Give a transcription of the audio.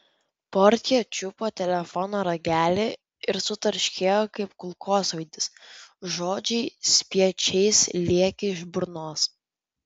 portjė čiupo telefono ragelį ir sutarškėjo kaip kulkosvaidis žodžiai spiečiais lėkė iš burnos